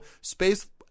space